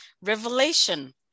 Revelation